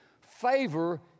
Favor